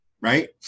right